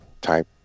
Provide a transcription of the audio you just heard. type